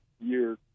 year